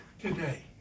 today